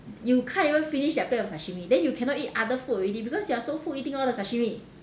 you can't even finish that plate of sashimi then you cannot eat other food already because you are so full eating all the sashimi